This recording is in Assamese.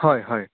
হয় হয়